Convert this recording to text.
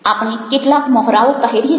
આપણે કેટલાક મહોરાઓ પહેરીએ છીએ